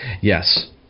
yes